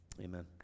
Amen